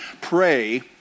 Pray